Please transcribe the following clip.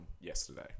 yesterday